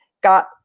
got